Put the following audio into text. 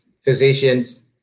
physicians